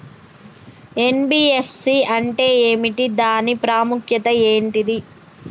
NBFC అంటే ఏమిటి దాని ప్రాముఖ్యత ఏంటిది?